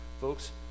Folks